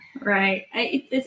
Right